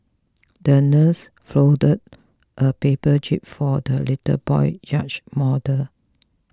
the nurse folded a paper jib for the little boy's yacht model